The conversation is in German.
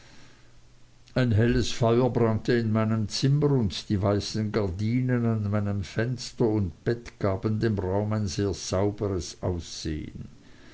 ein helles feuer brannte in meinem zimmer und die weißen gardinen an meinem fenster und bett gaben dem raum ein sehr sauberes aussehen